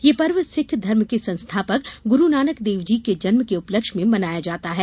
यह पर्व सिख धर्म के संस्थापक गुरूनानक देवजी के जन्म के उपलक्ष्य में मनाया जाता है